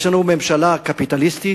יש לנו ממשלה קפיטליסטית.